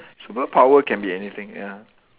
superpower can be anything ya